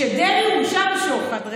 שדרעי הורשע בשוחד,